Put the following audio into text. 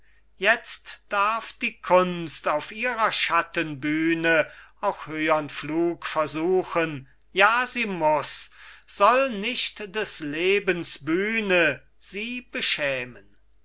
jetzt darf die kunst auf ihrer schattenbühne auch höhern flug versuchen ja sie muß soll nicht des lebens bühne sie beschämen